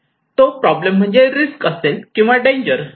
तो प्रॉब्लेम म्हणजे रिस्क असेल किंवा डेंजर